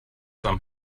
some